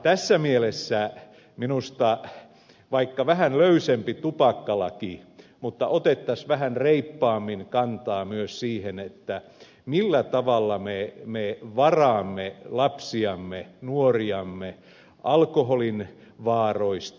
tässä mielessä minusta olkoon vaikka vähän löysempi tupakkalaki mutta otettaisiin vähän reippaammin kantaa myös siihen millä tavalla me varoitamme lapsiamme nuoriamme alkoholin vaaroista